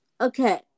Okay